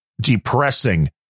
depressing